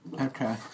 Okay